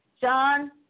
John